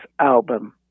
album